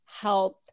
help